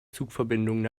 zugverbindungen